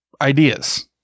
ideas